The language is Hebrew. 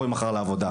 בואי מחר לעבודה.